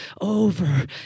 over